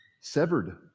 severed